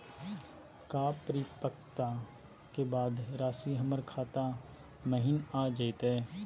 का परिपक्वता के बाद रासी हमर खाता महिना आ जइतई?